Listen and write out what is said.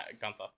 Gunther